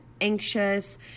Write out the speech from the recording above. anxious